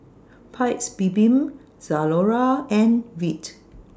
Paik's Bibim Zalora and Veet